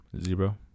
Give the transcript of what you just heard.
Zero